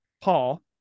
Paul